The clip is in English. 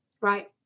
right